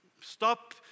Stop